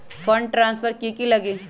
Fund transfer कि की लगी?